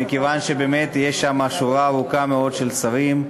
מכיוון שבאמת יש שם שורה ארוכה מאוד של שרים.